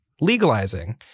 Legalizing